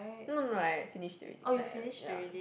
no no I finished already like ya